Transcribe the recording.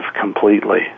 completely